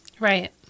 Right